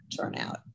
turnout